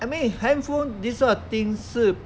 I mean handphone this kind of thing 是